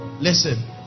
Listen